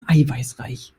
eiweißreich